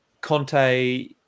Conte